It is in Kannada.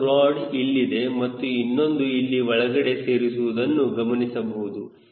ಒಂದು ರೋಡ್ ಇಲ್ಲಿದೆ ಮತ್ತು ಇನ್ನೊಂದು ಇಲ್ಲಿ ಒಳಗಡೆ ಸೇರಿಸಿರುವುದು ಗಮನಿಸಬಹುದು